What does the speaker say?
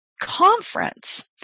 conference